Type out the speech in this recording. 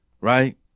Right